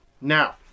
now